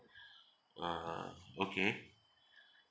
uh okay